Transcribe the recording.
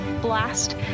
blast